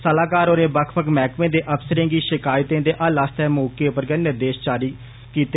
सलाहकार होरें बक्ख बक्ख मैहकमें दे अफसरें शिकायतें दे हल आस्तै मौके पर गै निर्देश जारी कीते